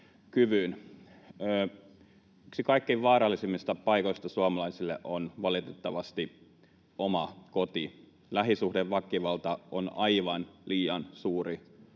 Yksi kaikkein vaarallisimmista paikoista suomalaisille on valitettavasti oma koti. Lähisuhdeväkivalta on aivan liian suuri